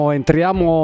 entriamo